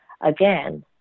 Again